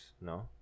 no